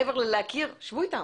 מעבר להכיר, שבו איתם.